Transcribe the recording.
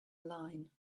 line